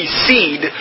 seed